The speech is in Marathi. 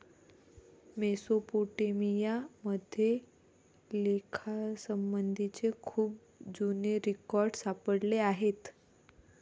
मेसोपोटेमिया मध्ये लेखासंबंधीचे खूप जुने रेकॉर्ड सापडले आहेत